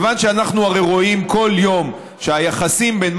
כיוון שאנחנו רואים כל יום שהיחסים בין